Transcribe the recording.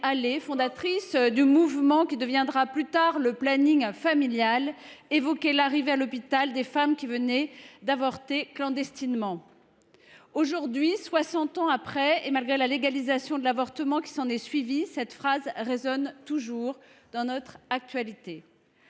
tard le Mouvement français pour le planning familial, évoquait l’arrivée à l’hôpital des femmes qui venaient d’avorter clandestinement. Aujourd’hui, soixante ans après et malgré la légalisation de l’avortement qui a suivi, cette phrase résonne toujours dans notre actualité.